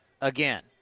again